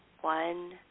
one